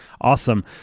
Awesome